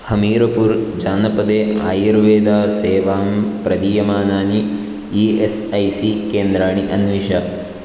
हमीरपुर् जनपदे आयुर्वेदसेवां प्रदीयमानानि ई एस् ऐ सी केन्द्राणि अन्विष